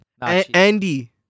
Andy